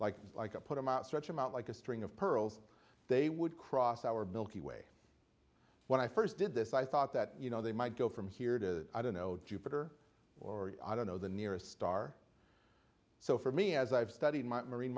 like like a put them out stretch them out like a string of pearls they would cross our milky way when i first did this i thought that you know they might go from here to i don't know jupiter or i don't know the nearest star so for me as i've studied might marine